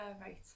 Right